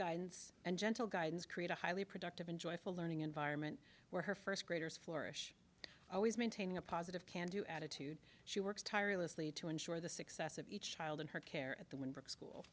guidance and gentle guidance create a highly productive and joyful learning environment where her first graders flourish always maintaining a positive can do attitude she works tirelessly to ensure the success of each child in her care at the